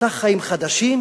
פתח חיים חדשים,